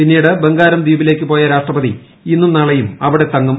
പിന്നീട് ബംഗാരം ദ്വീപിലേക്ക് പോയ രാഷ്ട്രപതി ഇന്നും നാളെയും അവിടെ തങ്ങും